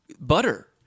butter